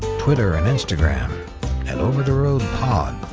twitter and instagram at overtheroadpod.